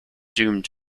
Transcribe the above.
doomed